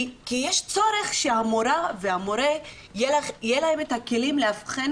כי יש צורך שהמורה והמורה יהיה להם את הכלים לאבחן